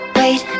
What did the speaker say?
wait